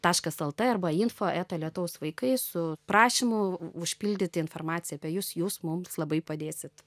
taškas lt arba info eta lietaus vaikai su prašymu užpildyti informaciją apie jus jūs mums labai padėsit